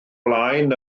blaen